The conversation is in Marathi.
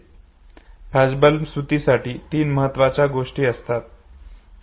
फ्लॅशबल्ब स्मृतीसाठी तीन गोष्टी महत्त्वाच्या असतात